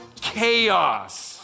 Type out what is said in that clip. chaos